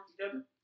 together